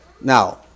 Now